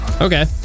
Okay